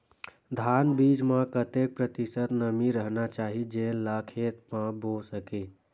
धान बीज म कतेक प्रतिशत नमी रहना चाही जेन ला खेत म बो सके?